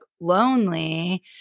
lonely